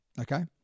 Okay